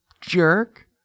jerk